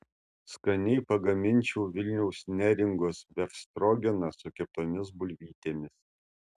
skaniai pagaminčiau vilniaus neringos befstrogeną su keptomis bulvytėmis